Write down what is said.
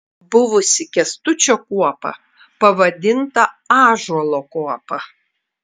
buvusi kęstučio kuopa pavadinta ąžuolo kuopa